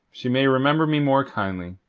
she may remember me more kindly